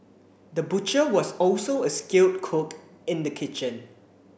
the butcher was also a skilled cook in the kitchen